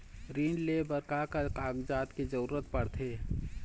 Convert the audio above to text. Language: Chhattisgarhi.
ऋण ले बर का का कागजात के जरूरत पड़थे?